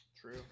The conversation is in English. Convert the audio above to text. True